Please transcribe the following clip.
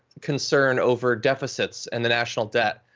concern over deficits and the national debt.